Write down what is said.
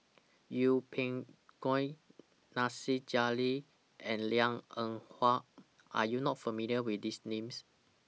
Yeng Pway Ngon Nasir Jalil and Liang Eng Hwa Are YOU not familiar with These Names